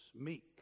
meek